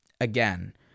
again